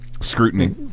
scrutiny